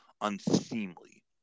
unseemly